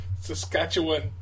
Saskatchewan